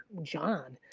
john.